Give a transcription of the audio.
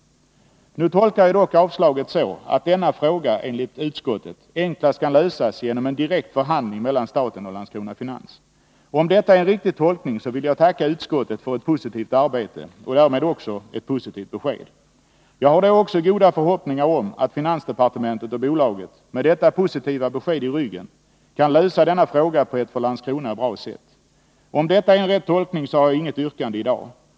Jag tolkar dock avslaget så, att denna fråga enligt utskottets mening enklast kan lösas genom en direkt förhandling mellan staten och Landskrona Finans. Om detta är en riktig tolkning vill jag tacka utskottet för ett positivt besked. Jag har då också goda förhoppningar om att finansdepartementet och bolaget, med detta positiva besked i ryggen, kan lösa denna fråga på ett för Landskrona bra sätt. Om detta är en riktig tolkning har jag inget yrkande i dag.